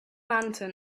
lantern